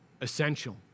Essential